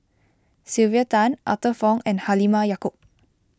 Sylvia Tan Arthur Fong and Halimah Yacob